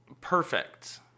perfect